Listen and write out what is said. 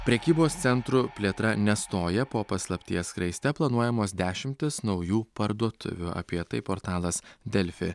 prekybos centrų plėtra nestoja po paslapties skraiste planuojamos dešimtys naujų parduotuvių apie tai portalas delfi